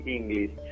English